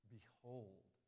Behold